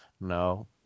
No